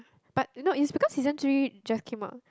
but you know it's because season three just came out